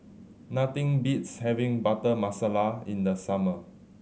nothing beats having Butter Masala in the summer